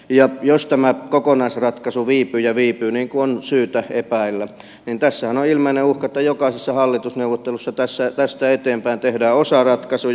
ja jos tämä kokonaisratkaisu viipyy ja viipyy niin kuin on syytä epäillä niin tässähän on ilmeinen uhka että jokaisessa hallitusneuvottelussa tästä eteenpäin tehdään osaratkaisuja